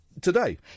today